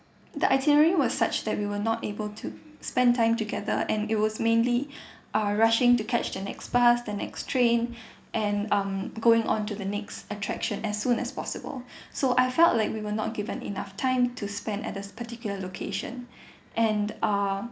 the itinerary was such that we will not able to spend time together and it was mainly uh rushing to catch the next bus the next train and um going on to the next attraction as soon as possible so I felt like we were not given enough time to spend at a particular location and uh